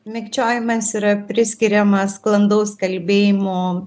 mikčiojimas yra priskiriamas sklandaus kalbėjimo